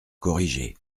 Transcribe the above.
corriger